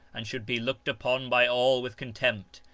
and should be looked upon by all with contempt,